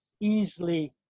easily